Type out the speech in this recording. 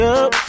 up